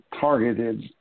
targeted